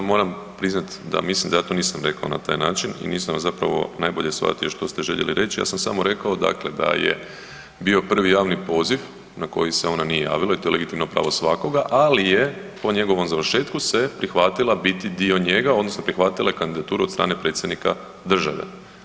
Ja moram priznati da mislim da ja to nisam rekao na taj način i nisam zapravo najbolje shvatio što ste željeli reći, ja sam samo rekao dakle da je bio prvi javni poziv na koji se ona nije javila i to je legitimno pravo svakoga, ali je po njegovom završetku se prihvatila biti dio njega odnosno prihvatila je kandidaturu od strane Predsjednika države.